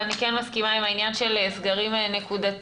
ואני כן מסכימה עם העניין של סגרים נקודתיים,